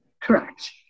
Correct